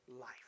life